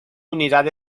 unidad